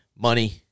Money